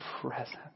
present